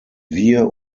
wir